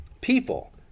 people